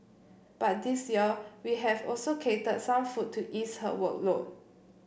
but this year we have also catered some food to ease her workload